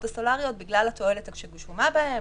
הסולאריות בגלל התועלת שמוגשמת בהן,